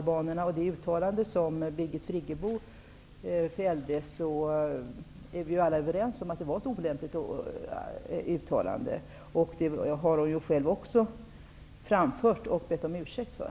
Birgit Friggebo fällde, är vi ju alla överens om att det var olämpligt, vilket hon själv har sagt och bett om ursäkt för.